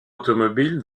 automobiles